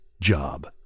job